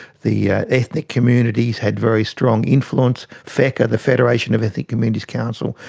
the ethnic communities had very strong influence, fecca, the federation of ethnic communities' councils